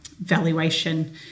valuation